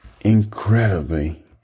incredibly